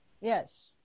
Yes